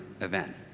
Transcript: event